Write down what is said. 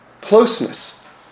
closeness